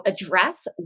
address